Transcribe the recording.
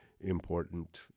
important